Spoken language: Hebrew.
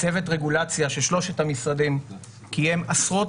צוות רגולציה של שלושת המשרדים קיים עשרות